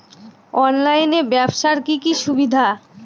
অনলাইনে ব্যবসার কি কি অসুবিধা?